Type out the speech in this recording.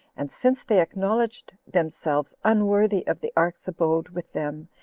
and since they acknowledged themselves unworthy of the ark's abode with them,